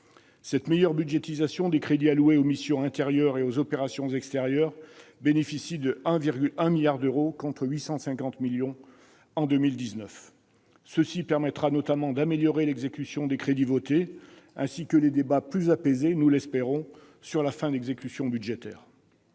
l'inscription, au titre des crédits alloués aux missions intérieures et aux opérations extérieures, d'un montant de 1,1 milliard d'euros, contre 850 millions en 2019. Cela permettra, notamment, une amélioration dans l'exécution des crédits votés, ainsi que des débats plus apaisés, nous l'espérons, sur la fin d'exécution budgétaire.